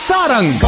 Sarang